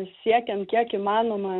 siekiant kiek įmanoma